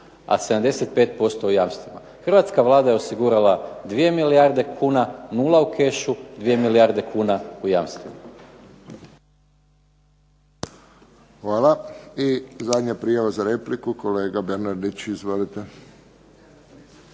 a 75% u jamstvima. Hrvatska Vlada je osigurala 2 milijarde kuna, nula u kešu, 2 milijarde kuna u jamstvima.